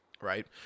Right